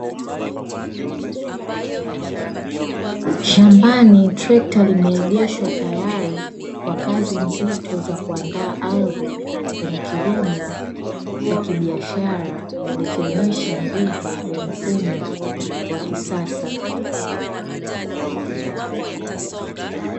Shambani trekta limeegeshwa, tayari kwa kazi nzito za kuandaa ardhi kwenye kilimo cha kibiashara, likionyesha nguvu ya mfumo wa kisasa.